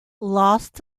lost